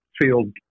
field